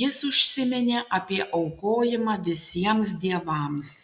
jis užsiminė apie aukojimą visiems dievams